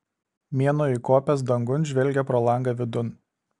mėnuo įkopęs dangun žvelgia pro langą vidun